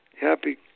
Happy